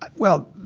but well,